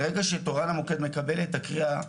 ברגע שתורן המוקד מקבל את הקריאה,